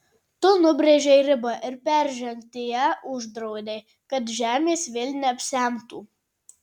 tu nubrėžei ribą ir peržengti ją uždraudei kad žemės vėl neapsemtų